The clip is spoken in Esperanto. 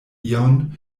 ion